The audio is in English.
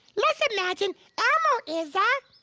let's imagine elmo is a